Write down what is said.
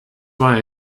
why